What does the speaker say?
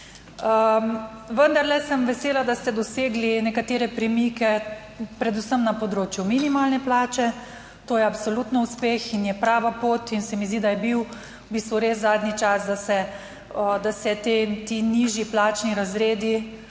Vendarle sem vesela, da ste dosegli nekatere premike, predvsem na področju minimalne plače, to je absolutno uspeh in je prava pot, in se mi zdi, da je bil v bistvu res zadnji čas, da se, da se ti nižji plačni razredi